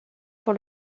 pour